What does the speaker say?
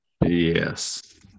yes